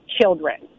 children